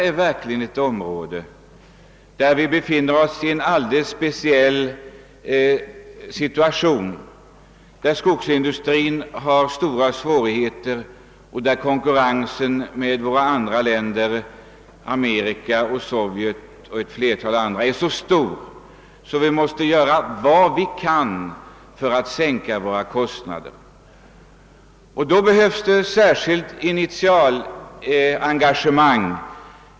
Men på detta område befinner vi oss dock i en alldeles speciell situation: skogsindustrin har stora svårigheter att brottas med, och därtill kommer att konkurrensen med andra länder — Amerika, Sovjet och ett flertal andra — är så hård, att vi måste göra allt vi kan för att sänka kostnaderna.